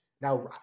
now